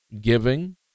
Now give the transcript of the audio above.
giving